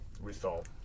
result